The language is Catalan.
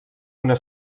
una